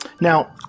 Now